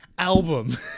album